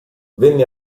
venne